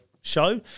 show